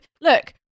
look